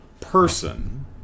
person